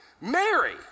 Mary